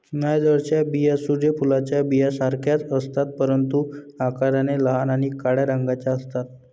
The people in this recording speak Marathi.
नायजरच्या बिया सूर्य फुलाच्या बियांसारख्याच असतात, परंतु आकाराने लहान आणि काळ्या रंगाच्या असतात